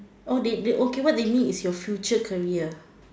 oh they they okay what they mean is your future career